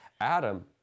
Adam